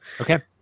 Okay